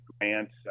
grants